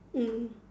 mm